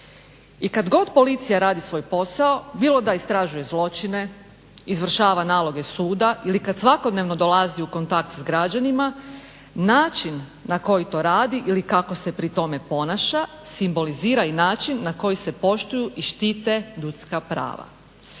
I kad god policija radi svoj posao bilo da istražuje zločine, izvršava naloge suda ili kad svakodnevno dolazi u kontakt s građanima način na koji to radi ili kako se pri tome ponaša simbolizira i način na koji se poštuju i štite ljudska prava.